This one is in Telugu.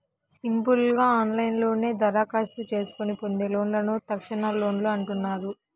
సింపుల్ గా ఆన్లైన్లోనే దరఖాస్తు చేసుకొని పొందే లోన్లను తక్షణలోన్లు అంటున్నారు